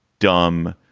dumb.